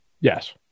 Yes